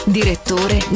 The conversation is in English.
direttore